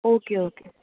okay okay